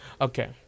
Okay